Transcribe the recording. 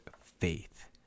faith